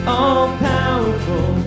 all-powerful